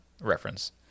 Reference